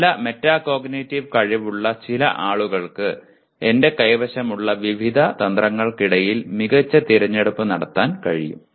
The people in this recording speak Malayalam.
നല്ല മെറ്റാകോഗ്നിറ്റീവ് കഴിവുള്ള ചില ആളുകൾക്ക് എന്റെ കൈവശമുള്ള വിവിധ തന്ത്രങ്ങൾക്കിടയിൽ മികച്ച തിരഞ്ഞെടുപ്പ് നടത്താൻ കഴിയും